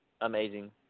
amazing